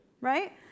Right